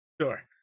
Sure